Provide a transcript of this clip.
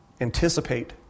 anticipate